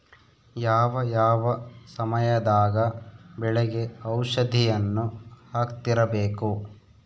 ಯಾವ ಯಾವ ಸಮಯದಾಗ ಬೆಳೆಗೆ ಔಷಧಿಯನ್ನು ಹಾಕ್ತಿರಬೇಕು?